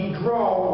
draw